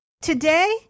Today